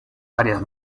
varias